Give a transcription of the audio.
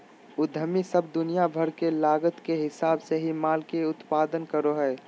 उद्यमी सब दुनिया भर के लागत के हिसाब से ही माल के उत्पादन करो हय